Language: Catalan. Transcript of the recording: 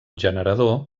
generador